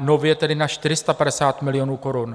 nově tedy na 450 milionů korun.